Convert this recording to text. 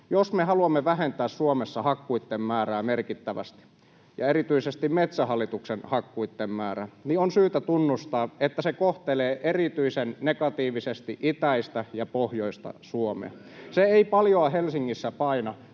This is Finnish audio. Jos me haluamme vähentää Suomessa hakkuitten määrää merkittävästi ja erityisesti Metsähallituksen hakkuitten määrää, niin on syytä tunnustaa, että se kohtelee erityisen negatiivisesti itäistä ja pohjoista Suomea. [Oikealta: Kyllä,